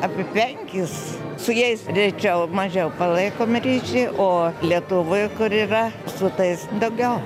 apie penkis su jais rečiau mažiau palaikome ryšį o lietuvoje kur yra su tais daugiau